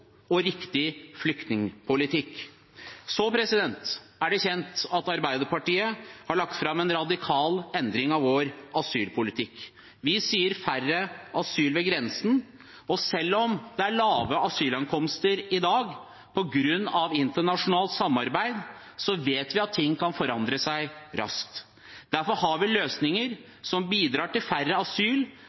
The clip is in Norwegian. og riktig flyktningpolitikk. Det er kjent at Arbeiderpartiet har lagt fram en radikal endring av sin asylpolitikk. Vi sier færre asylsøkere ved grensen. Selv om det er få asylankomster i dag, på grunn av internasjonalt samarbeid, vet vi at ting kan forandre seg raskt. Derfor har vi løsninger som bidrar til færre